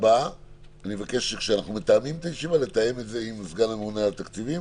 אני מבקש שנתאם את הישיבה הבאה עם הראל שליסל מאגף התקציבים,